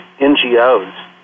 NGOs